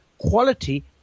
quality